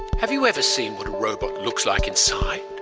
have you ever seen what a robot looks like inside,